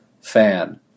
fan